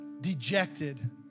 dejected